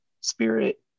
Spirit